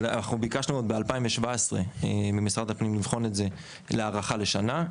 אנחנו ביקשנו עוד ב-2017 ממשרד הפנים לבחון את זה להארכה לשנה.